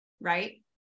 right